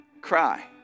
cry